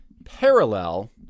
parallel